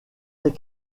des